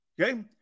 okay